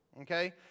okay